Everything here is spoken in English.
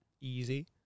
easy